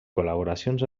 col·laboracions